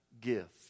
gift